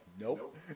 nope